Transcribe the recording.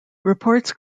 reports